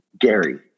Gary